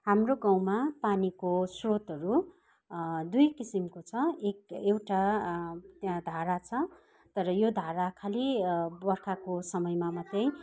हाम्रो गाउँमा पानीको स्रोतहरू दुई किसिमको छ एक एउटा त्यहाँ धारा छ तर यो धारा खालि बर्खाको समयमा मात्रै